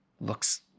looks